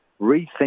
rethink